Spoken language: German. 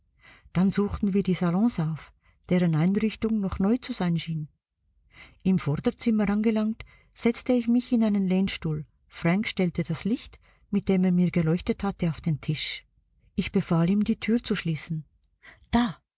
dann suchten wir die salons auf deren einrichtung noch neu zu sein schien im vorderzimmer angelangt setzte ich mich in einen lehnstuhl frank stellte das licht mit dem er mir geleuchtet hatte auf den tisch ich befahl ihm die tür zu schließen da